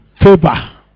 favor